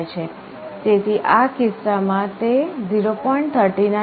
તેથી આ કિસ્સામાં તે 0